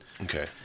Okay